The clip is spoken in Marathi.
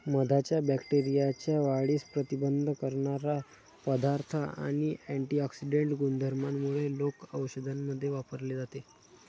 मधाच्या बॅक्टेरियाच्या वाढीस प्रतिबंध करणारा पदार्थ आणि अँटिऑक्सिडेंट गुणधर्मांमुळे लोक औषधांमध्ये वापरले जाते